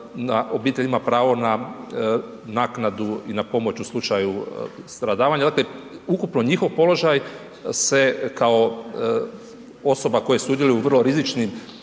obitelj ima pravo na naknadu i na pomoć u slučaju stradavanja. Dakle ukupno njihov položaj se kao osoba koje sudjeluju u vrlo rizičnim